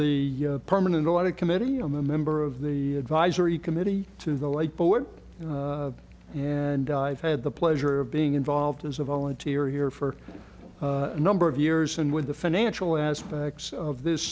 the permanent lot of committee i'm a member of the advisory committee to the late but would and i've had the pleasure of being involved as a volunteer here for a number of years and with the financial aspects of this